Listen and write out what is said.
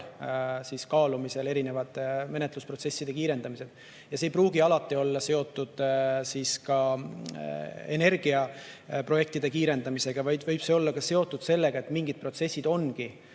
seal kaalumisele erinevate menetlusprotsesside kiirendamine. See ei pruugi alati olla seotud energiaprojektide kiirendamisega, vaid võib olla seotud ka sellega, et mingid protsessid ongi